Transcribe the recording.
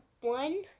one